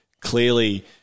Clearly